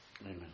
Amen